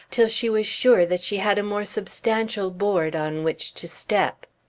till she was sure that she had a more substantial board on which to step.